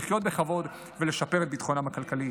לחיות בכבוד ולשפר את ביטחונם הכלכלי.